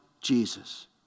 Jesus